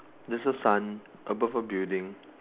there's a sun above a building